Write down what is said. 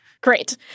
Great